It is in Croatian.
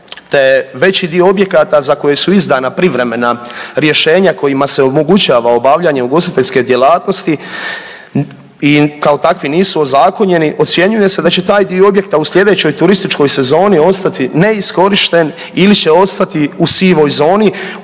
te veći dio objekata za koje su izdana privremena rješenja kojima se omogućava obavljanje ugostiteljske djelatnosti i kao takvi nisu ozakonjeni ocjenjuje se da će taj dio objekta u slijedećoj turističkoj sezoni ostati neiskorišten ili će ostati u sivoj zoni